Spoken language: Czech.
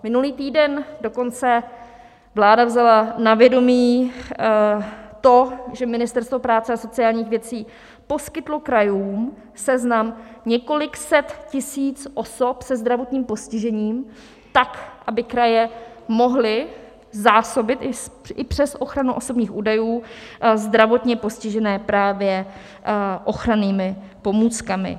Minulý týden dokonce vláda vzala na vědomí to, že Ministerstvo práce a sociálních věcí poskytlo krajům seznam několika set tisíc osob se zdravotním postižením, tak aby kraje mohly zásobit i přes ochranu osobních údajů zdravotně postižené právě ochrannými pomůckami.